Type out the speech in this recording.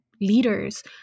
leaders